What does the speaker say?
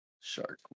shark